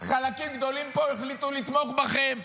חלקם גדולים פה החליטו לתמוך בכם.